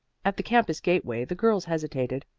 at the campus gateway the girls hesitated.